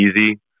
easy